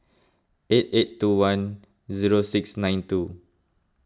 eight eight two one zero six nine two